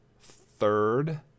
third